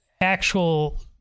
actual